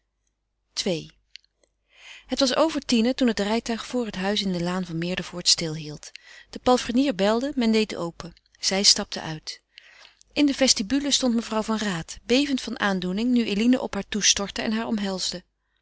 ii het was over tienen toen het rijtuig voor het huis in de laan van meerdervoort stilhield de palfrenier belde men deed open zij stapten uit in de vestibule stond mevrouw van raat bevend van aandoening nu eline op haar toestortte en haar omhelsde